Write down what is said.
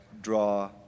draw